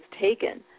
taken